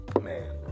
Man